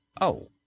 Oh